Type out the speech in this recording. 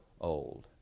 old